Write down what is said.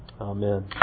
Amen